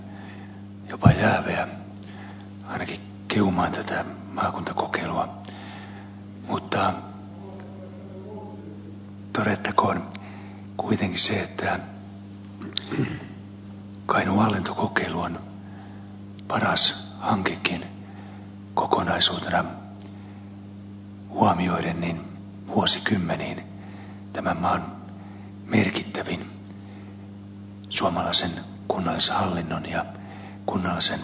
mutta todettakoon kuitenkin se että kainuun hallintokokeilu on paras hankekin kokonaisuutena huomioiden vuosikymmeniin tämän maan merkittävin suomalaisen kunnallishallinnon ja kunnallisen palvelutuotannon kehittämishanke